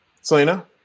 Selena